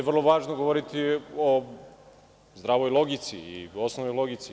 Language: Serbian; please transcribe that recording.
Vrlo je važno govoriti o zdravoj logici i osnovnoj logici.